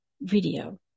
video